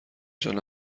جان